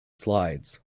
slides